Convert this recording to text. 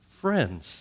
friends